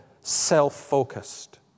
self-focused